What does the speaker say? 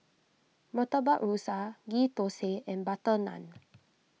Murtabak Rusa Ghee Thosai and Butter Naan